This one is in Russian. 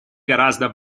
гораздо